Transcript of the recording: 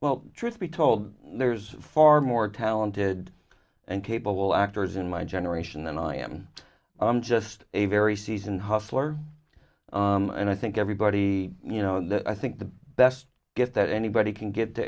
well truth be told there's far more talented and capable actors in my generation and i am i'm just a very seasoned hustler and i think everybody you know that i think the best get that anybody can get t